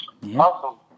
Awesome